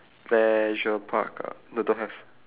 leisure park ah no don't have